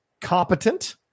competent